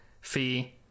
fee